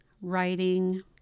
writing